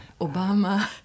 Obama